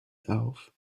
auf